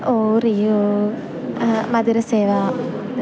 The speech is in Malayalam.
ഓറിയോ മധുരസേവ